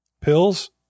pills